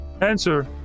answer